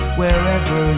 wherever